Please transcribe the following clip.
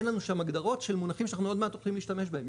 אין לנו שם הגדרות של מונחים שאנחנו עוד מעט הולכים להשתמש בהם,